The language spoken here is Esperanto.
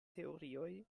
teorioj